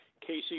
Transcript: Casey